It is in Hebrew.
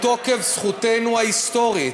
מתוקף זכותנו ההיסטורית.